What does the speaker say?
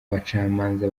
bacamanza